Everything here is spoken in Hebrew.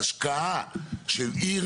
ההשקעה של עיר